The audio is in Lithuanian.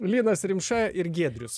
linas rimša ir giedrius